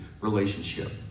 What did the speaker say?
relationship